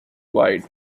wide